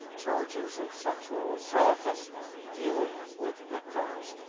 charges of sexual assault, and dealing with victims.